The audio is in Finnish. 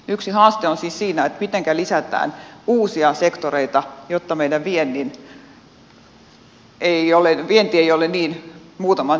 yksi haaste on siis siinä mitenkä lisätään uusia sektoreita jotta meidän vienti ei ole muutaman sektorin varassa